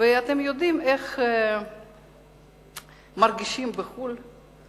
ואתם יודעים איך מרגישים בחוץ-לארץ.